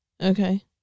Okay